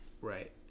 Right